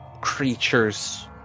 creatures